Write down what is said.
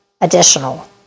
additional